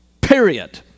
period